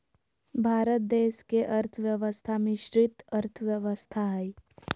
भारत देश के अर्थव्यवस्था मिश्रित अर्थव्यवस्था हइ